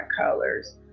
colors